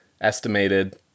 estimated